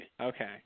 Okay